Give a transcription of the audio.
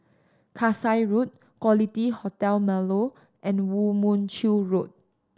Kasai Road Quality Hotel Marlow and Woo Mon Chew Road